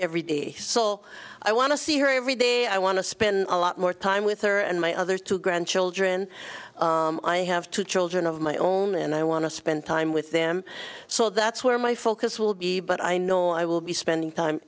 every day so i want to see her every day i want to spend a lot more time with her and my other two grandchildren i have two children of my own and i want to spend time with them so that's where my focus will be but i know i will be spending time